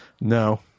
No